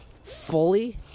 fully